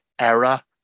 era